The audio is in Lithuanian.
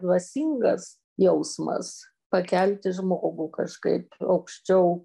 dvasingas jausmas pakelti žmogų kažkaip aukščiau